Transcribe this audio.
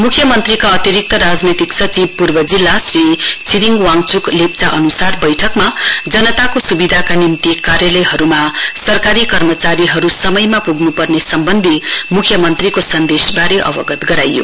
मुख्यमन्त्रीका अतिरिक्त राजनैतिक सचिव पूर्व जिल्ला श्री छिरिङ वाङचुक लेप्चा अन्सार बैठकमा जनताको सुविधाका निम्ति कार्यलयहरुमा सरकारी कर्मचारीहरु समयमा पुग्नु पर्ने सम्बन्धी मुख्यमन्त्रीको सन्देशवारे अवगत गराइयो